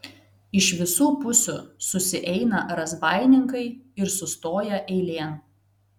iš visų pusių susieina razbaininkai ir sustoja eilėn